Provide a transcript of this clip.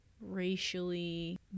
racially